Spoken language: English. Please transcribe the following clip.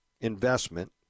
investment